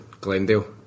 Glendale